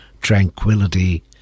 tranquility